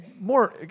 more